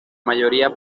mayoría